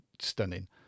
stunning